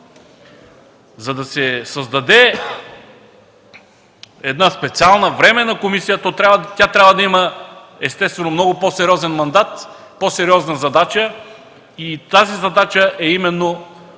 За да се създаде една специална временна комисия, тя трябва да има естествено много по-сериозен мандат, по-сериозна задача и тази задача е именно